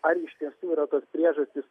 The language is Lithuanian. ar iš tiesų yra tos priežastys